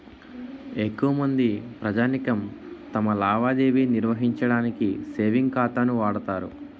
ఎక్కువమంది ప్రజానీకం తమ లావాదేవీ నిర్వహించడానికి సేవింగ్ ఖాతాను వాడుతారు